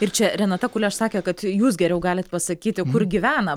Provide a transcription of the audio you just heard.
ir čia renata kuleš sakė kad jūs geriau galit pasakyti kur gyvena